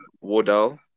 Wardell